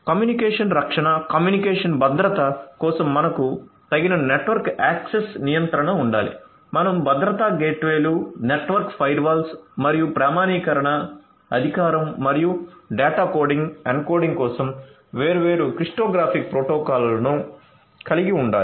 communication రక్షణ communication భద్రత కోసం మనకు తగిన నెట్వర్క్ యాక్సెస్ నియంత్రణ ఉండాలి మనం భద్రతా గేట్వేలు నెట్వర్క్ ఫైర్వాల్స్ మరియు ప్రామాణీకరణ అధికారం మరియు డేటా కోడింగ్ ఎన్కోడింగ్ కోసం వేర్వేరు క్రిప్టోగ్రాఫిక్ ప్రోటోకాల్లను కలిగి ఉండాలి